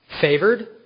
favored